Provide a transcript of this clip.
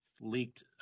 leaked